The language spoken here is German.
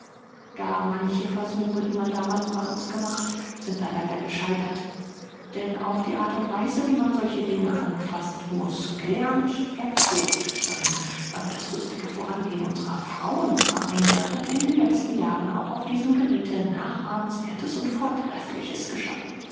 gar manche versuche die man damals bei uns gemacht sind leider wieder gescheitert denn auch die art und weise wie man solche dinge anfaßt muß gelernt erprobt sein aber das rüstige vorangehen unserer frauen vereine hat in den letzten jahren auch auf diesem gebiete nachahmenswerthes und vortreffliches geschaffen